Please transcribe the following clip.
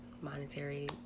monetary